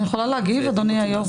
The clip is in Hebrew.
אני יכולה להגיב, אדוני היו"ר?